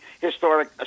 historic